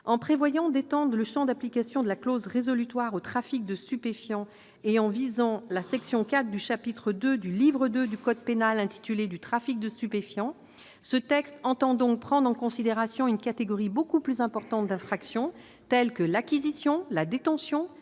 En prévoyant d'étendre le champ d'application de la clause résolutoire au trafic de stupéfiants et en visant la section 4 du chapitre II du titre II du livre II du code pénal intitulée « Du trafic de stupéfiants », ce texte entend prendre en considération une catégorie beaucoup plus importante d'infractions telles que l'acquisition, la détention,